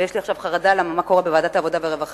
ויש לי עכשיו חרדה ממה שקורה בוועדת העבודה והרווחה.